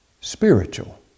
spiritual